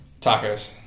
Tacos